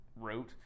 wrote